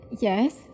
Yes